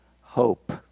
hope